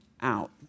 out